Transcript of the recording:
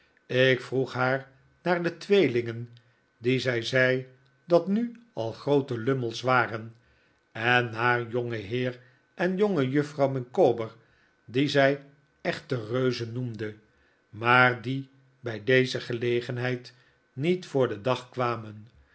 ik vroeg haar naar de tweelingen die zij zei dat nu al groote lummels waren en naar jongenheer en jongejuffrouw micawber die zij echte reuzen noemde maar die bij deze gelegenheid niet voor den dag kwamen